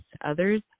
others